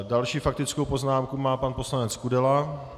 Další faktickou poznámku má pan poslanec Kudela.